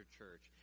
church